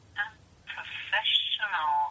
unprofessional